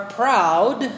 proud